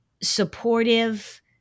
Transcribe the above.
supportive